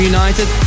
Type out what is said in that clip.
United